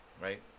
Right